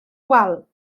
wal